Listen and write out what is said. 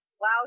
wow